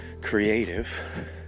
creative